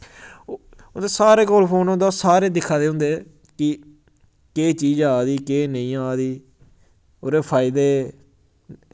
सारे call phone होंदा ओह् सारे दिक्खा दे होंदे कि केह् चीज आ दी केह् नेईं आ दी ओह्दे फायदे